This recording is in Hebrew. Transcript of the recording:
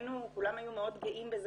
וכולם היו מאוד גאים בזה,